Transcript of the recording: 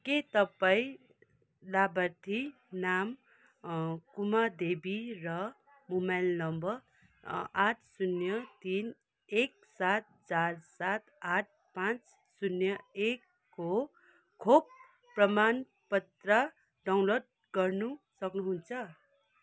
के तपाईँँ लाभार्थी नाम खुमा देवी र मोबाइल नम्बर आठ शून्य तिन एक सात चार सात आठ पाँच शून्य एकको खोप प्रमाणपत्र डाउनलोड गर्न सक्नुहुन्छ